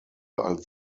als